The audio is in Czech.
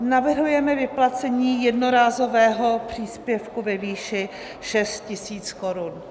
Navrhujeme vyplacení jednorázového příspěvku ve výši 6 000 korun.